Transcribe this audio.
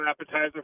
appetizer